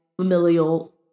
familial